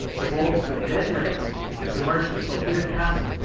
the bolts are then rinsed and submerged in sulfuric acid,